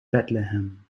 bethlehem